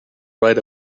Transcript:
write